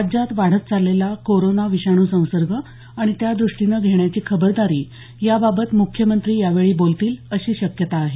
राज्यात वाढत चाललेला कोरोना विषाणू संसर्ग आणि त्या दृष्टीनं घेण्याची खबरदारी याबाबत मुख्यमंत्री यावेळी बोलतील अशी शक्यता आहे